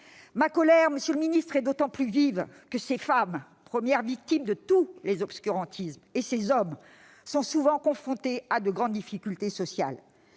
Ma colère, monsieur le ministre de l'intérieur, est d'autant plus vive que ces femmes, premières victimes de tous les obscurantismes, et ces hommes sont souvent confrontés à de grandes difficultés sociales.